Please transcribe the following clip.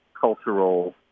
cultural